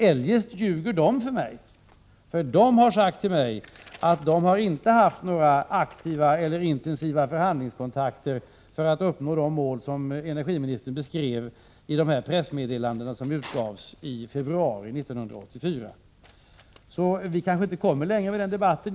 Eljest ljög de som jag talade med, för de sade till mig att de inte hade haft några aktiva eller intensiva förhandlingskontakter för att uppnå de mål som energiministern beskrev i de pressmeddelanden som utgavs i februari 1984. Vi kanske inte kommer längre i den här debatten.